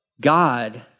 God